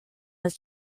was